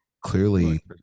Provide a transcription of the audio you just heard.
clearly